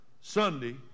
Sunday